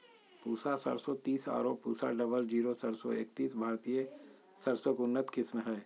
पूसा सरसों तीस आरो पूसा डबल जीरो सरसों एकतीस भारतीय सरसों के उन्नत किस्म हय